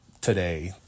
Today